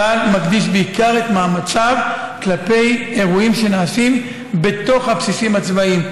צה"ל מקדיש בעיקר את מאמציו כלפי אירועים שנעשים בתוך הבסיסים הצבאיים.